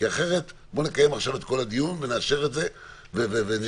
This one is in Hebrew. כי אחרת בוא נקיים עכשיו את כל הדיון ונאשר את זה ונלך הלאה.